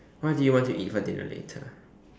what do you want to eat for dinner later